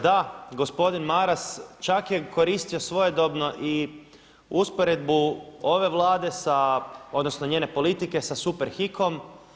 Da gospodin Maras čak je koristio svojedobno i usporedbu ove Vlade, odnosno njene politike sa Superhikom.